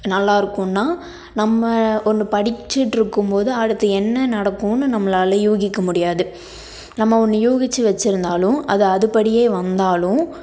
நல்லா இருக்கும்னால் நம்ம ஒன்று படிச்சுட்டு இருக்கும்போது அடுத்து என்ன நடக்கும்னு நம்மளால் யூகிக்க முடியாது நம்ம ஒன்று யூகித்து வச்சுருந்தாலும் அது அதுபடியே வந்தாலும்